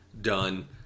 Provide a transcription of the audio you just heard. done